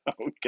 okay